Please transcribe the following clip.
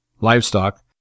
livestock